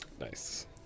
Nice